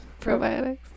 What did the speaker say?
Probiotics